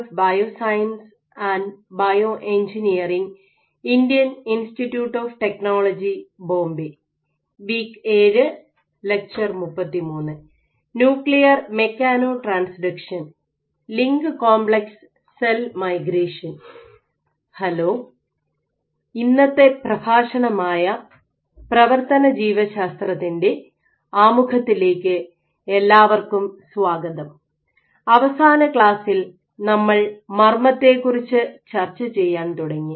nuclear mechanotransduction link complex cell migration hello ഇന്നത്തെ പ്രഭാഷണമായ പ്രവർത്തന ജീവശാസ്ത്രത്തിൻറെ മെക്കാനോബയോളജിയുടെ ആമുഖത്തിലേക്ക് എല്ലാവർക്കും സ്വാഗതം അവസാന ക്ലാസ്സിൽ നമ്മൾ മർമ്മത്തെക്കുറിച്ച് ചർച്ച ചെയ്യാൻ തുടങ്ങി